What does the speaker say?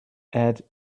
add